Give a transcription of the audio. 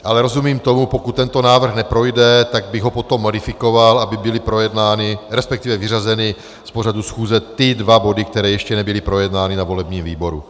Ale rozumím tomu, pokud tento návrh neprojde, tak bych ho potom modifikoval, aby byly vyřazeny z pořadu schůze ty dva body, které ještě nebyly projednány na volebním výboru.